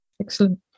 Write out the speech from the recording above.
excellent